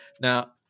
Now